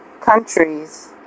countries